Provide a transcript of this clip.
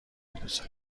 میدوزه